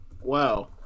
wow